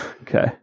Okay